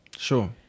Sure